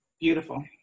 Beautiful